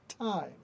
time